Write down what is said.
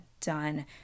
done